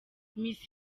miss